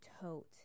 tote